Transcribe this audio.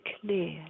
clear